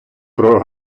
про